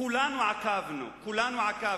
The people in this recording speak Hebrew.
כולנו עקבנו, כולנו עקבנו,